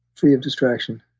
free of distraction,